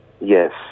Yes